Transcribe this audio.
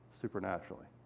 supernaturally